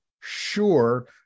Sure